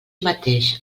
mateix